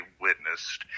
witnessed